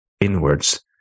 inwards